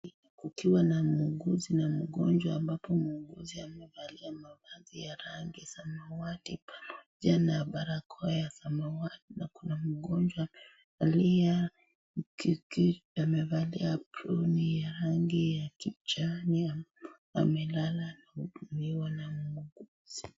Kukiwa na muuguzi na mgonjwa ambapo muuguzi amevalia mavazi ya rangi samawati pamoja na barakoa ya samawati na kuna mgonjwa aliye amevalia aproni ya rangi ya kijani ambapo amelala kuhudumiwa na muuguzi.